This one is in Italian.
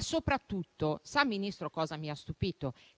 Soprattutto però, Ministro, mi ha stupito che